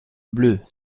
bleue